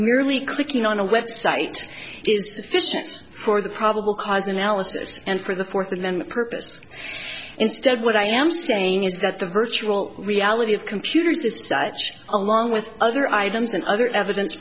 merely clicking on a website is sufficient for the probable cause analysis and for the fourth amendment purpose instead what i am saying is that the virtual reality of computers is such along with other items and other evidence